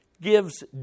gives